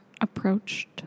approached